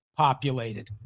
populated